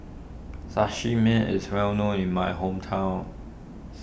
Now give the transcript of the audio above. Sashimi is well known in my hometown